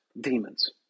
demons